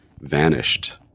vanished